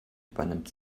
übernimmt